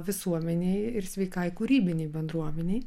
visuomenei ir sveikai kūrybinei bendruomenei